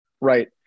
Right